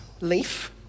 leaf